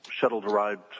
shuttle-derived